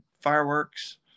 fireworks